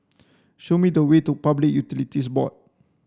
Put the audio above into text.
show me the way to Public Utilities Board